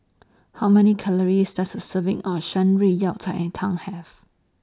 How Many Calories Does A Serving of Shan Rui Yao Cai Tang Have